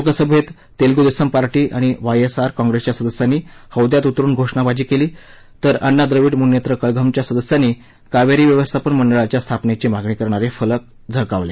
लोकसभेत तेलगू देसम पार्टी आणि वायएसआर काँप्रेसच्या सदस्यांनी हौद्यात उतरुन घोषमाबाजी केली तर अण्णा द्रवीड मुन्नेत्र कळघमच्या सदस्यांनी कावेरी व्यवस्थापन मंडळाच्या स्थापनेची मागणी करणारे फलक झळकवले